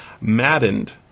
Maddened